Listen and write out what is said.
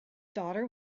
daughter